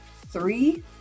three